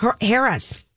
harris